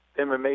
MMA